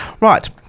Right